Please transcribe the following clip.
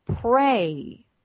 pray